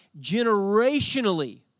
generationally